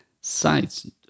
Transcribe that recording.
sites